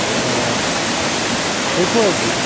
ہیٚکِو حظ دِتھ